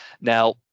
Now